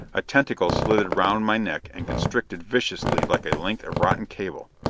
a tentacle slithered around my neck and constricted viciously like a length of rotten cable.